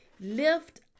lift